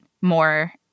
more